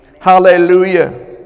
Hallelujah